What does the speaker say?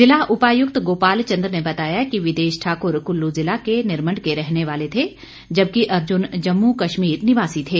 जिला उपायुक्त गोपालचंद ने बताया कि विदेश ठाकुर कुल्लू जिला के निरमंड के रहने वाले थे जबकि अर्जुन जम्मू कश्मीर निवासी थे